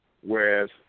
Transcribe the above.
Whereas